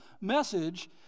message